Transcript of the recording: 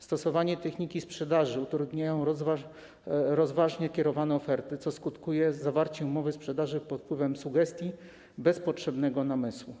Stosowane techniki sprzedaży utrudniają rozważnie oferty, co skutkuje zawarciem umowy sprzedaży pod wpływem sugestii, bez potrzebnego namysłu.